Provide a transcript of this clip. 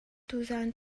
tuzaan